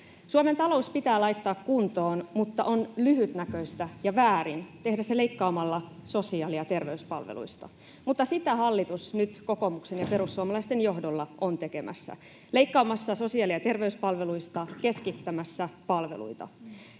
Suomen talous pitää laittaa kuntoon, mutta on lyhytnäköistä ja väärin tehdä se leikkaamalla sosiaali- ja terveyspalveluista. Sitä hallitus nyt kokoomuksen ja perussuomalaisten johdolla on tekemässä, leikkaamassa sosiaali- ja terveyspalveluista, keskittämässä palveluita.